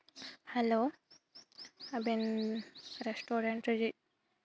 hello ᱟᱹᱵᱤᱱ restaurant ᱨᱤᱱᱤᱡ